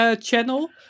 Channel